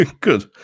Good